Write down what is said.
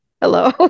hello